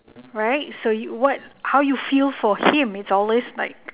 right so what how you feel for him is always like